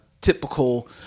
Typical